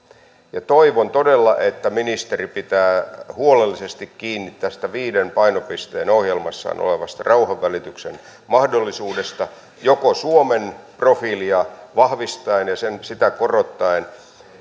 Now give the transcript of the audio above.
toivon todella että ministeri pitää huolellisesti kiinni tässä viiden painopisteen ohjelmassaan olevasta rauhanvälityksen mahdollisuudesta suomen profiilia vahvistaen ja sitä korottaen ja